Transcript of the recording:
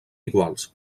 iguals